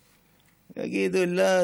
ויגידו: לא,